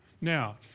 Now